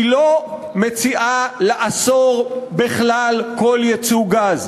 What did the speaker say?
היא לא מציעה לאסור בכלל כל ייצוא גז.